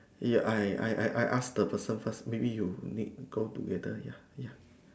ya I I I ask the person first maybe you need go together ya ya